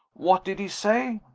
what did he say?